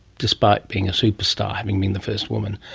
despite being a superstar, having been the first woman,